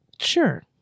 Sure